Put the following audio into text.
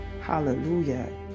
Hallelujah